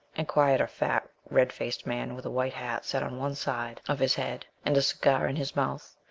inquired a fat, red-faced man, with a white hat set on one side of his head, and a cigar in his mouth,